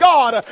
God